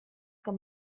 com